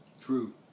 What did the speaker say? True